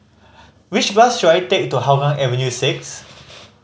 which bus should I take to Hougang Avenue Six